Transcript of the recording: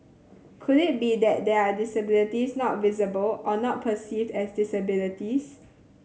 could it be that there are disabilities not visible or not perceived as disabilities